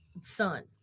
son